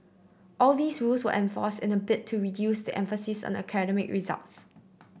all these rules were enforced in a bid to reduce the emphasis on academic results